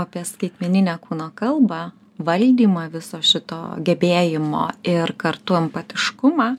apie skaitmeninę kūno kalbą valdymą viso šito gebėjimo ir kartu empatiškumą